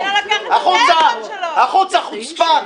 החוצה, החוצה, חוצפן.